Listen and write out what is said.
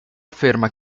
afferma